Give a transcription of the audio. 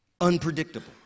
Unpredictable